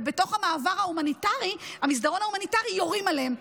ובתוך המסדרון ההומניטרי יורים עליהם,